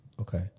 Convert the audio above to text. okay